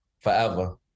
forever